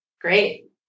Great